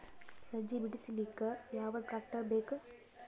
ಸಜ್ಜಿ ಬಿಡಿಸಿಲಕ ಯಾವ ಟ್ರಾಕ್ಟರ್ ಬೇಕ?